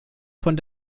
von